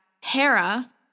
Hera